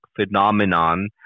phenomenon